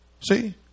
see